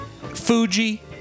Fuji